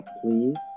please